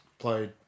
played